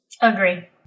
Agree